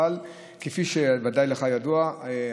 אבל כפי שבוודאי ידוע לך,